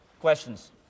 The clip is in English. questions